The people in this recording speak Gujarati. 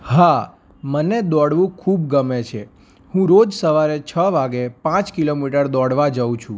હા મને દોડવું ખૂબ ગમે છે હું રોજ સવારે છ વાગે પાંચ કિલોમીટર દોડવા જઉં છું